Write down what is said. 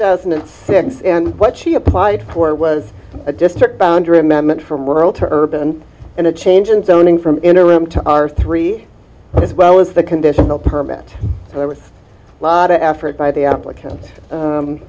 thousand and six and what she applied for was a district boundary amendment from rural to urban and a change in zoning from interim to our three as well as the conditional permit there was a lot of effort by the